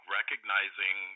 recognizing